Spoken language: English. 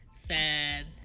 sad